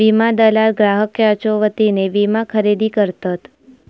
विमा दलाल ग्राहकांच्यो वतीने विमा खरेदी करतत